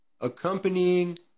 accompanying